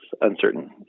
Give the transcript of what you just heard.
uncertain